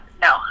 no